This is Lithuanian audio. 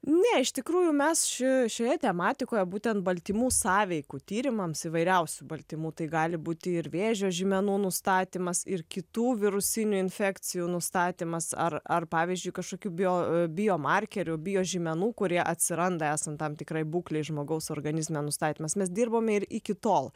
ne iš tikrųjų mes ši šioje tematikoje būtent baltymų sąveikų tyrimams įvairiausių baltymų tai gali būti ir vėžio žymenų nustatymas ir kitų virusinių infekcijų nustatymas ar ar pavyzdžiui kažkokių bio biomarkerių biožymenų kurie atsiranda esant tam tikrai būklei žmogaus organizme nustatymas mes dirbome ir iki tol